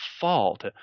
fault